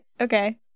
Okay